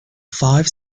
five